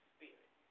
Spirit